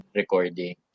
recording